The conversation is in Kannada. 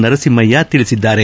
ನರಸಿಂಪಯ್ಯ ತಿಳಿಸಿದ್ದಾರೆ